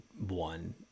one